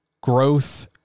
Growth